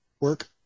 work